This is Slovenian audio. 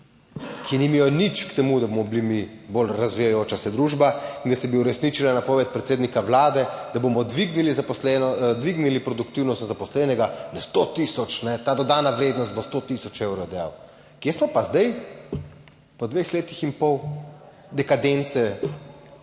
ki nimajo nič pri tem, da bomo mi bolj razvijajoča se družba in da se bi uresničila napoved predsednika Vlade, da bomo dvignili zaposlenost, dvignili produktivnost zaposlenega na 100 tisoč, ta dodana vrednost bo 100 tisoč evrov. Kje smo pa zdaj po dveh letih in pol dekadence